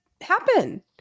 happen